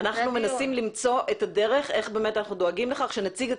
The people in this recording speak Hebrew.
הוא נותן את ההערות שלו לאחר הנפקת ההיתרים.